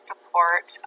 support